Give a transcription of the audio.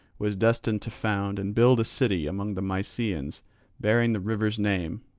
was destined to found and build a city among the mysians bearing the river's name,